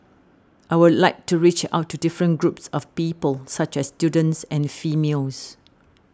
I would like to reach out to different groups of people such as students and females